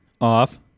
Off